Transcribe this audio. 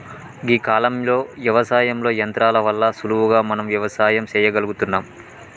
గీ కాలంలో యవసాయంలో యంత్రాల వల్ల సులువుగా మనం వ్యవసాయం సెయ్యగలుగుతున్నం